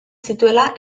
zituela